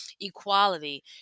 Equality